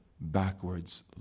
backwards